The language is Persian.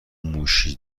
موشی